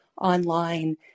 online